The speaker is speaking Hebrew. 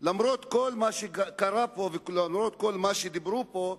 למרות כל מה שקרה פה ולמרות כל מה שדיברו פה,